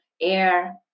air